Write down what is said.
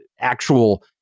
actual